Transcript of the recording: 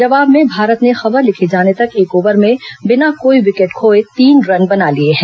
जवाब में भारत ने खबर लिखे जाने तक एक ओवर में बिना कोई विकेट खोए तीन रन बना लिए हैं